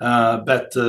a bet